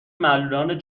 معلولان